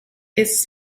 its